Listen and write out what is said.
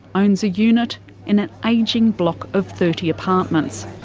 owns a unit in an aging block of thirty apartments.